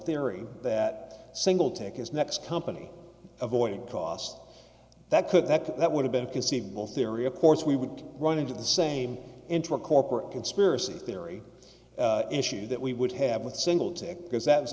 theory that single tickets next company avoiding costs that could that could that would have been conceivable theory of course we would run into the same into a corporate conspiracy theory issue that we would have with single tech because that is